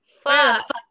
fuck